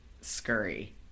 scurry